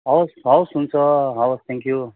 हवस् हवस् हुन्छ हवस् थ्याङ्क यु